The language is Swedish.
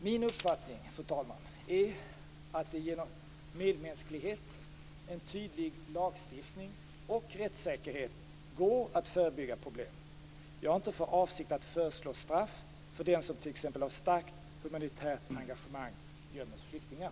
Min uppfattning, fru talman, är att det genom medmänsklighet, en tydlig lagstiftning och rättssäkerhet går att förebygga problem. Jag har inte för avsikt att föreslå straff för den som t.ex. av starkt humanitärt engagemang gömmer flyktingar.